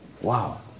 Wow